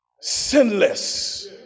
sinless